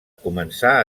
començà